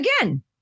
Again